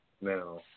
now